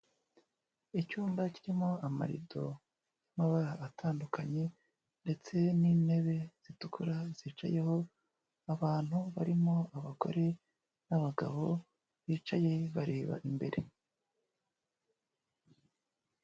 Icyumba kirimo amarido y'amabara atandukanye ndetse n'intebe zitukura zicayeho abantu barimo: abagore n'abagabo bicaye bareba imbere.